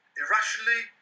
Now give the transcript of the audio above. irrationally